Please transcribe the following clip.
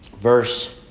verse